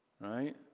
Right